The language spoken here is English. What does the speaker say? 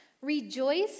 Rejoice